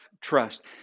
trust